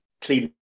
clean